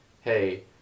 hey